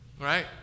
Right